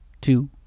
two